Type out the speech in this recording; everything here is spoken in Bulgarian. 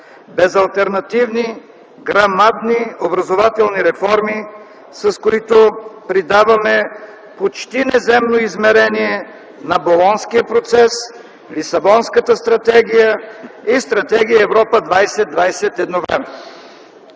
безалтернативни, грамадни образователни реформи, с които придаваме почти неземно измерение на Болонския процес, Лисабонската стратегия и Стратегия „Европа 2020”